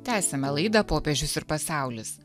tęsiame laidą popiežius ir pasaulis